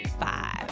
five